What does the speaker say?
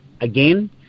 again